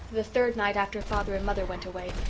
the third night after father and mother went away,